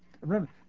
Remember